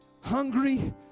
hungry